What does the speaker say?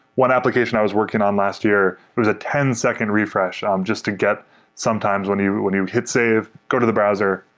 one application i was working on last year, it was a ten second refresh um just to get sometimes when you when you hit save, go to the browser,